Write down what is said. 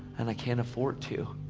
and i can't afford to.